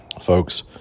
folks